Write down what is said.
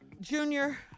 Junior